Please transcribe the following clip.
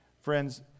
Friends